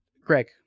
Greg